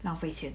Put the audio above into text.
浪费钱